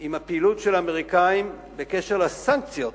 עם הפעילות של האמריקנים בקשר לסנקציות